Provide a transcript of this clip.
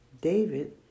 David